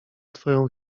twoją